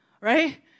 Right